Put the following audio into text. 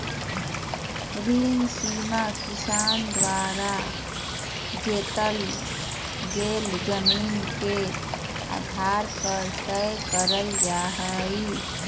ऋण सीमा किसान द्वारा जोतल गेल जमीन के आधार पर तय करल जा हई